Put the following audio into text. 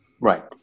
Right